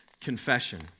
confession